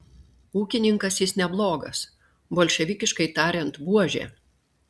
ūkininkas jis neblogas bolševikiškai tariant buožė